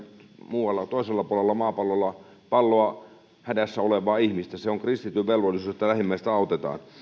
toisella puolella maapalloa hädässä olevaa ihmistä se on kristityn velvollisuus että lähimmäistä autetaan